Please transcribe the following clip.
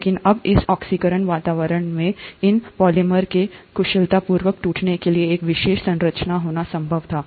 लेकिन अब इस ऑक्सीकरण वातावरण में इन पॉलिमर के कुशलतापूर्वक टूटने के लिए एक विशेष संरचना होना संभव था